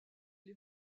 les